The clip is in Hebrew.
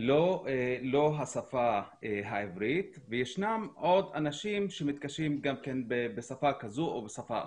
לא השפה העברית וישנם עוד אנשים שמתקשים בשפה כזו או בשפה אחרת.